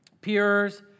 Peers